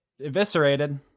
eviscerated